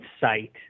site